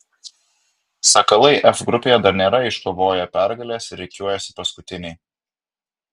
sakalai f grupėje dar nėra iškovoję pergalės ir rikiuojasi paskutiniai